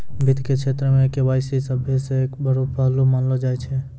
वित्त के क्षेत्र मे के.वाई.सी सभ्भे से बड़ो पहलू मानलो जाय छै